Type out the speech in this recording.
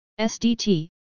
SDT